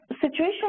situation